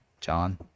john